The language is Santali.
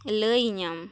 ᱞᱟᱹᱭ ᱤᱧᱟᱹᱢ